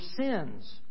sins